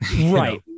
Right